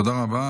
תודה רבה.